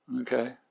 Okay